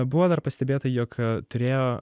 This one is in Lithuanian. buvo dar pastebėta jog turėjo